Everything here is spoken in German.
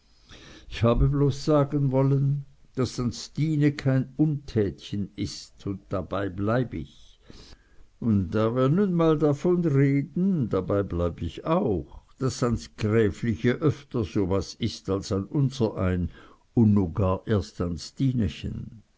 ich habe bloß sagen wollen daß an stine kein untätchen is un dabei bleib ich und da wir nu mal davon reden dabei bleib ich auch daß ans gräfliche öfter so was is als an unserein un nu gar erst